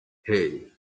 hey